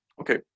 okay